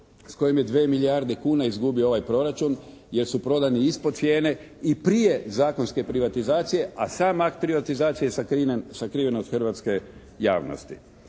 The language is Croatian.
s kojim je 2 milijarde kuna izgubio ovaj proračun jer su prodani ispod cijene i prije zakonske privatizacije, a sam akt privatizacije sakriven od hrvatske javnosti.